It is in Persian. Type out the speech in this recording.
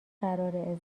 قراره